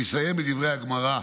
אני אסיים בדברי הגמרא.